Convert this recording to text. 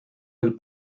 del